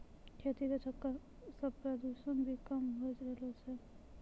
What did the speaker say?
खेती रो चक्कर से प्रदूषण भी कम होय रहलो छै